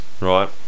right